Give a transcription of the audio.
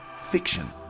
fiction